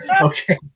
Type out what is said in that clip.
Okay